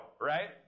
right